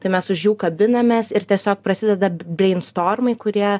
tai mes už jų kabinamės ir tiesiog prasideda breinstormai kurie